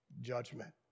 Judgment